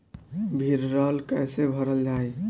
भीडरौल कैसे भरल जाइ?